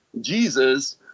Jesus